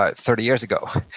ah thirty years ago.